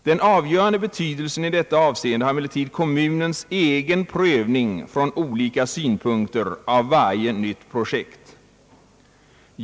Den avgörande betydelsen i detta avseende har emellertid kommunens egen prövning från olika synpunkter av varje nytt projekt.